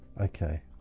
Okay